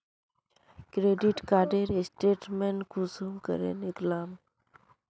Credit कार्डेर statement कुंसम करे निकलाम?